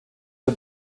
der